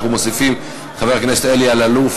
אנחנו מוסיפים את חבר הכנסת אלי אלאלוף